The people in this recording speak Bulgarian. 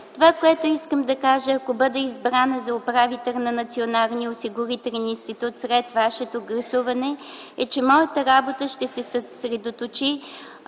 Това, което искам да кажа, ако бъда избрана за управител на Националния осигурителен институт след вашето гласуване, е, че моята работа ще се съсредоточи